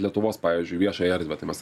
lietuvos pavyzdžiui viešąją erdvę tai mes